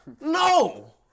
No